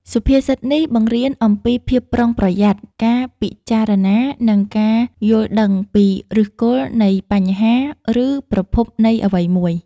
សុភាសិតនេះបង្រៀនអំពីភាពប្រុងប្រយ័ត្ន ការពិចារណា និងការយល់ដឹងពីឫសគល់នៃបញ្ហា ឬប្រភពនៃអ្វីមួយ។